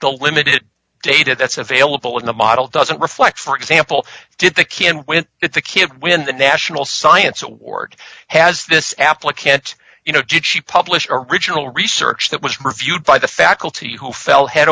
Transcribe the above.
the limited data that's available in the model doesn't reflect for example did the key in when it's a kid when the national science award has this applicant you know did she published original research that was reviewed by the faculty who fell head